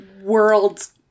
world's